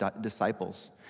disciples